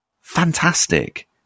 fantastic